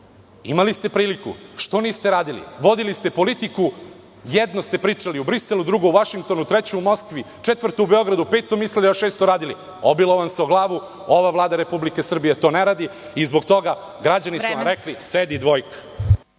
ste priliku. Što niste radili. Vodili ste politiku. Jedno ste pričali u Briselu, drugo u Vašingtonu, treće u Moskvi, četvrto u Beogradu, peto mislili, a šesto radili. Obilo vam se o glavu. Ova Vlada Republike Srbije to ne radi, i zbog toga građani su vam rekli – sedi dvojka.